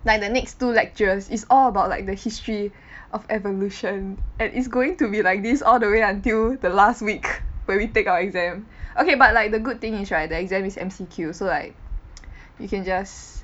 like the next two lectures is all about like the history of evolution and it's going to be like this all the way until the last week where we take our exam okay but like the good thing is right the exam is M_C_Q so like you can just